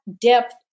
depth